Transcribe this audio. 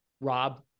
Rob